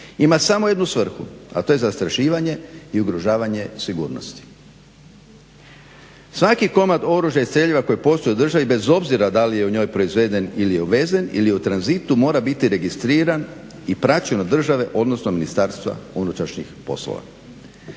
ima samo jednu svrhu a to je zastrašivanje i ugrožavanje sigurnosti. Svaki komad oružja i streljiva koji postoji u državi bez obzira da li je u njoj proizveden ili je uvezen ili je u tranzitu mora biti registriran i praćen od države odnosno Ministarstva unutrašnjih poslova.